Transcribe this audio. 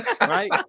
right